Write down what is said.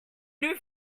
new